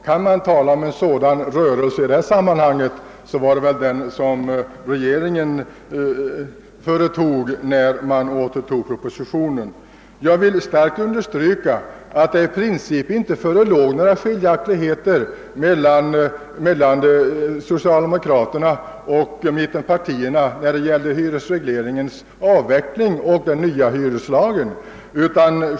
Kan man tala om en sådan »rörelse» i detta sammanhang, måste det väl vara den som regeringen företog, när den återtog propositionen. Jag vill kraftigt understryka att det i princip inte förelåg några skiljaktigheter mellan socialdemokraterna och mittenpartierna när det gällde hyresregleringens avveckling och den nya hyreslagen.